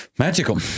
Magical